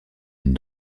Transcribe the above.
une